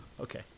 Okay